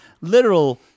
literal